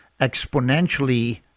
exponentially